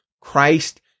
Christ